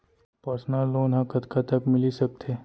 Personal loan ह कतका तक मिलिस सकथे?